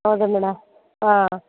ಹೌದಾ ಮೇಡಮ್ ಹಾಂ